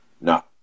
No